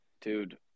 Dude